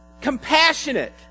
compassionate